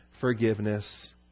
forgiveness